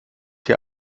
hier